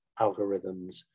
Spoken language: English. algorithms